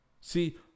See